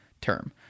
term